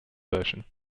version